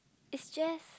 it's just